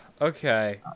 Okay